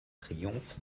triomphe